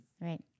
Right